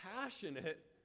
passionate